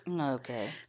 Okay